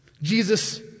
Jesus